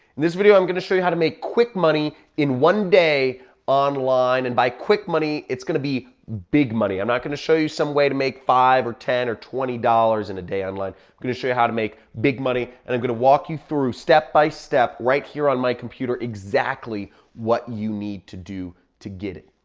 this video, i'm gonna show you how to make quick money in one day online. and by quick money, it's gonna be big money, i'm not gonna show you some way to make five or ten or twenty dollars in a day online, i'm gonna show you how to make big money and i'm gonna walk you through step by step right here on my computer exactly what you need to do to get it.